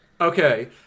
okay